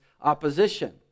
opposition